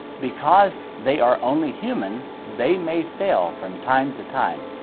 because they are only human, they may fail from time to time,